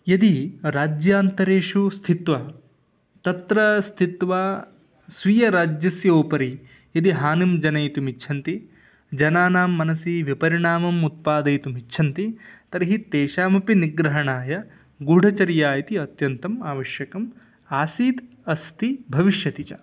यदि राज्यान्तरेषु स्थित्वा तत्र स्थित्वा स्वीयराज्यस्य उपरि यदि हानिं जनयितुमिच्छन्ति जनानां मनसि विपरिणामम् उत्पादयितुमिच्छन्ति तर्हि तेषामपि निग्रहणाय गूढचर्या इति अत्यन्तम् आवश्यकम् आसीत् अस्ति भविष्यति च